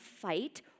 fight